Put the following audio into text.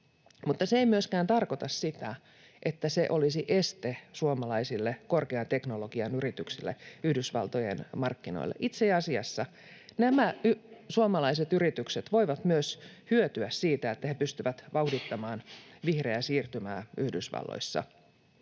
mutta se ei myöskään tarkoita sitä, että se olisi este suomalaisille korkean teknologian yrityksille päästä Yhdysvaltojen markkinoille. Itse asiassa nämä suomalaiset yritykset voivat myös hyötyä siitä, että ne pystyvät vauhdittamaan vihreää siirtymää Yhdysvalloissa.